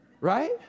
right